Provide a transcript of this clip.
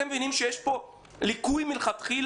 אתם מבינים שיש פה ליקוי מלכתחילה,